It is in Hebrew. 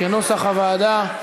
כנוסח הוועדה.